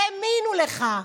האמינו לך?